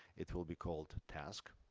it will be called tasks,